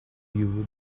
view